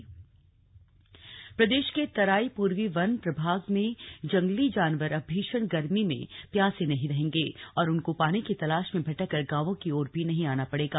slug वन्य जीव प्रदेश के तराई पूर्वी वन प्रभाग में जंगली जानवर अब भीषण गर्मी में प्यासे नहीं रहेंगे और उनको पानी की तलाश में भटक कर गांवों की ओर भी नहीं आना पड़ेगा